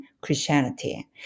Christianity